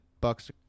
Bucks